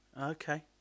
Okay